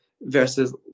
versus